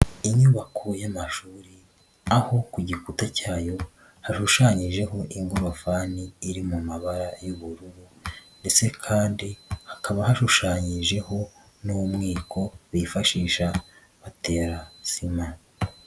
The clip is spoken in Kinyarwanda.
Inyubako y'amashuri aho ku gikuta cyayo hashushanyijeho ingorofani iri mu mabara y'ubururu ndetse kandi hakaba hashushanyijeho n'umwiko bifashisha batera sima.